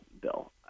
Bill